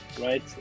right